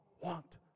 want